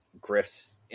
Griff's